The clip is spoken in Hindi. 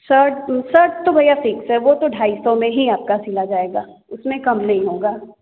सर्ट सर्ट तो भैया फ़ीक्स है वो तो ढाई सौ में ही आपका सिला जाएगा उसमें कम नहीं होगा